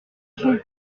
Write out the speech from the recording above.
sont